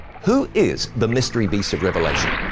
who is the mystery beast of revelation?